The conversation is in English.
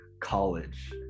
college